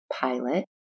pilot